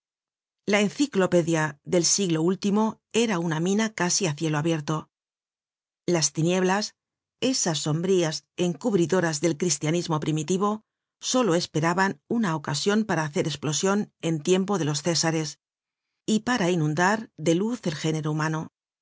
la enciclopedia del siglo último era una mina casi á cielo abierto las tinieblas esas sombrías encubridoras del cristianismo primitivo solo esperaban una ocasion para hacer esplosion en tiempo de los césares y para inundar de luz al género humano